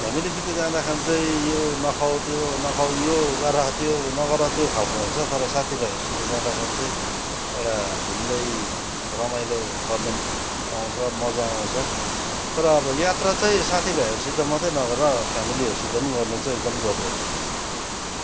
फ्यामिलीसित जाँदाखेरि चाहिँ यो नखाऊ त्यो नखाऊ यो गर त्यो नगर त्यो खाल्को हुन्छ तर साथीभाइहरूसित जाँदाखेरि चाहिँ एउटा भिन्दै रमाइलो गर्न पाउँछ मजा आउँछ तर अब यात्रा चाहिँ साथीभाइहरूसित मात्रै नगरेर फ्यामिलीहरूसित पनि गर्न चाहिँ एकदम जरुरत छ